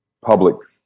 public